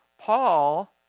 Paul